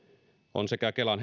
on sekä kelan